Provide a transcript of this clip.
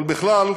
אבל בכלל,